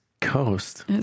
coast